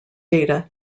data